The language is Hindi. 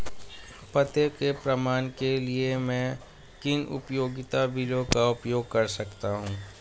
पते के प्रमाण के लिए मैं किन उपयोगिता बिलों का उपयोग कर सकता हूँ?